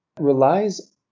relies